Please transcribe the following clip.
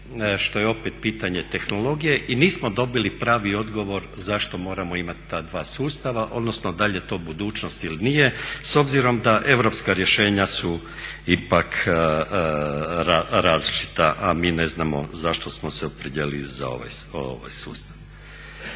što je opet pitanje tehnologije. I nismo dobili pravi odgovor zašto moramo imati ta dva sustava, odnosno da li je to budućnost ili nije s obzirom da europska rješenja su ipak različita, a mi ne znamo zašto smo se opredijelili za ovaj sustav.